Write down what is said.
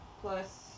plus